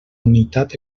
unitat